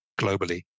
globally